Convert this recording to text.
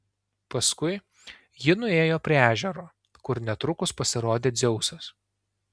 paskui ji nuėjo prie ežero kur netrukus pasirodė dzeusas